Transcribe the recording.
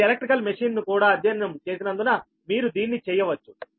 మీరు ఎలక్ట్రికల్ మెషీన్ను కూడా అధ్యయనం చేసినందున మీరు దీన్ని చెయ్యవచ్చు